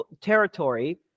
territory